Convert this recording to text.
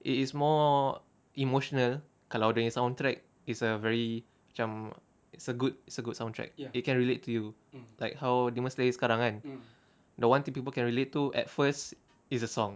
it is more emotional kalau dia nya soundtrack is a very macam it's a good it's a good soundtrack it can relate to you like how demon slayer sekarang the one thing people can relate to at first is the song